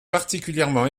particulièrement